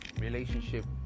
relationship